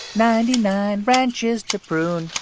ninety-nine branches to prune.